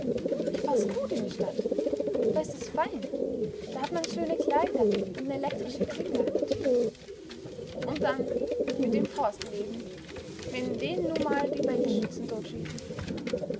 ich paß gut in die stadt da is es fein da hat man schöne kleider und ne elektrische klingel an der tür und dann mit dem forsteleven wenn den nu mal die wildschützen